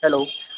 hello